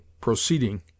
proceeding